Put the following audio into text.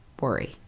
worry